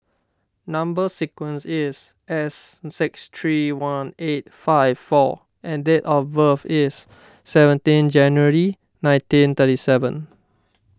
Number Sequence is S six three one eight five four and date of birth is seventeen January nineteen thirty seven